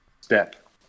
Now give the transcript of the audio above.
step